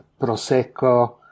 Prosecco